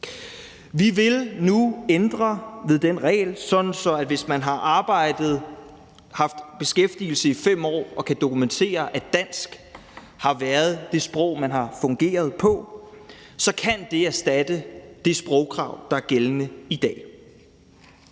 Vi vil nu ændre ved den regel, sådan at det, hvis man har arbejdet og har haft beskæftigelse i 5 år og kan dokumentere, at dansk har været det sprog, man har fungeret på, så kan erstatte det sprogkrav, der er gældende i dag.